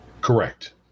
Correct